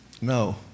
No